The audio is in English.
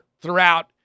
throughout